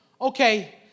Okay